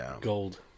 gold